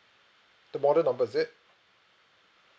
the model number is it